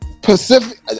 Pacific